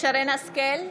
שרן מרים השכל,